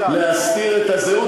להסתיר את הזהות,